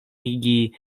igi